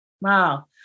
Wow